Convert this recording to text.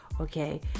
okay